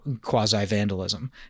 quasi-vandalism